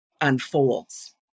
unfolds